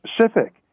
specific